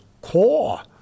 core